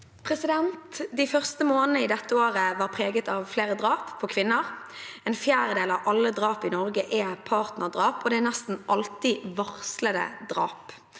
«De første månedene i dette året var preget av flere drap på kvinner. En fjerdedel av alle drap i Norge er partnerdrap og det er nesten alltid varslede drap.